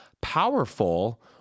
Powerful